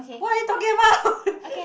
what are you talking about